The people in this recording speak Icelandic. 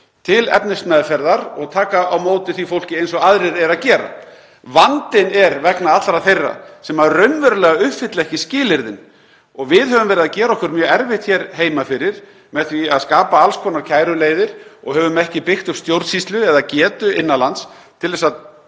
til efnismeðferðar og taka á móti því fólki eins og aðrir eru að gera. Vandinn er vegna allra þeirra sem raunverulega uppfylla ekki skilyrðin. Við höfum verið að gera okkur mjög erfitt fyrir hér heima með því að skapa alls konar kæruleiðir og höfum ekki byggt upp stjórnsýslu eða getu innan lands til að